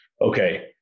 okay